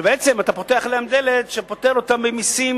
שבעצם אתה פותח להם דלת שפוטרת אותן ממסים,